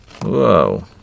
Whoa